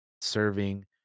serving